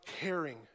caring